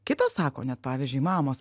kitos sako net pavyzdžiui mamos